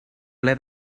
ple